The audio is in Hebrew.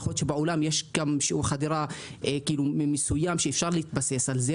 יכול להיות שבעולם יש שיעור חדירה מסוים שאפשר להתבסס על זה.